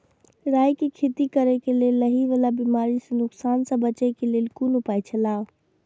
राय के खेती करे के लेल लाहि वाला बिमारी स नुकसान स बचे के लेल कोन उपाय छला?